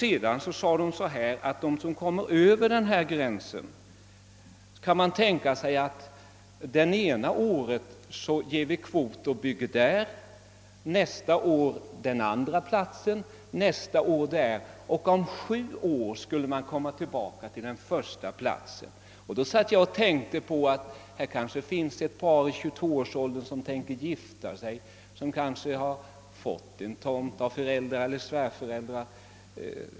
Vidare framhölls det att man för de kommuner som kommer över denna gräns kunde tänka sig att ena året ge byggkvot på en plats, nästa år på en annan plats, och om sju år skulle man komma tillbaka till den första platsen. Då tänkte jag på att det kanske finns ett par i 22-årsåldern som avser att gifta sig och kanske har fått en tomt av enderas föräldrar.